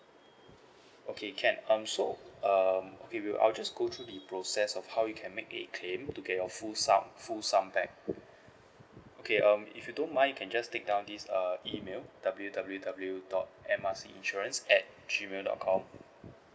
okay can um so um okay we will I'll just go to the process of how you can make a claim to get your full sum full sum back okay um if you don't mind you can just take down this uh email W_W_W dot M R C insurance at gmail dot com